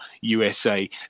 USA